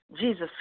Jesus